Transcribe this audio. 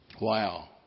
Wow